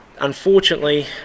unfortunately